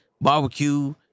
barbecue